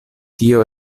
tio